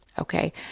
Okay